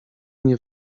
nie